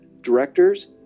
directors